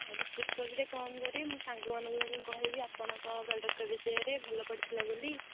ହଁ ରିକ୍ୟୁଷ୍ଟ୍ କରୁଛି ଟିକେ କମ୍ କରିବେ ମୁଁ ସାଙ୍ଗମାନଙ୍କୁ ବି କହିବି ଆପଣଙ୍କ ପ୍ରଡକ୍ଟ ବିଷୟରେ ଭଲ ପଡ଼ିଥିଲା ବୋଲି